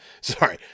Sorry